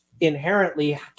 inherently